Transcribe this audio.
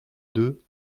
deux